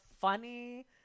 funny